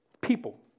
People